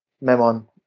memon